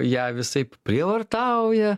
ją visaip prievartauja